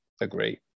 agree